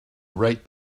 right